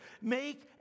Make